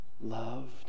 loved